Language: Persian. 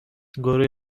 گروه